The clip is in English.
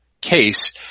case